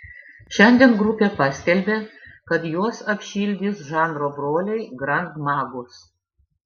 šiandien grupė paskelbė kad juos apšildys žanro broliai grand magus